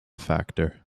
factor